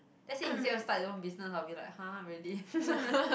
let's say he said he want start his own business I'll be like !huh! really